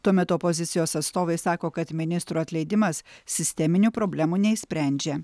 tuo metu opozicijos atstovai sako kad ministrų atleidimas sisteminių problemų neišsprendžia